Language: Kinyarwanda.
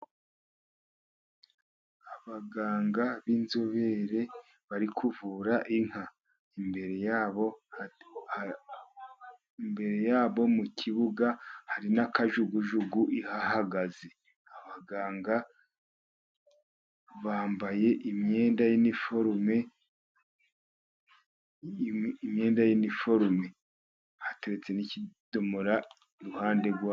Abaganga b'inzobere bari kuvura inka. Imbere ya bo imbere ya bo mu kibuga hari na kajugujugu ihahagaze. Abaganga bambaye imyenda y'imiforume. Hatetse n'ikidomora impande....